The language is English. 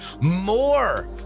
More